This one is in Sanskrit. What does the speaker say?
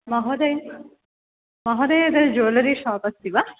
महोदय इदं ज्वल्लेरि शाप् अस्ति वा